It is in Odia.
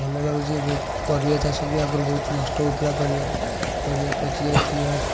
ଭଲ ଲାଗୁଛି ଏବେ ପରିବା ଚାଷ ବି ଆଗରୁ ବହୁତ ନଷ୍ଟ ହେଉଥିଲା ପରିବା ପରିବା ପଚି ଯାଉଥିଲା